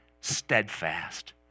steadfast